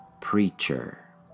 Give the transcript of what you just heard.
Preacher